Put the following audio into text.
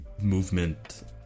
movement